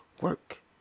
work